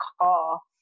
call